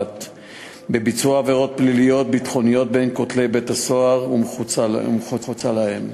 בביצוע עבירות פליליות ביטחוניות בין כותלי בתי-הסוהר ומחוץ להם.